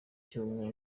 cy’ubumwe